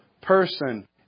person